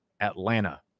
Atlanta